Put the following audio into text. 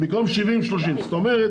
זאת אומרת,